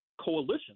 coalition